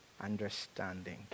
understanding